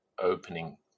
opening